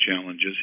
challenges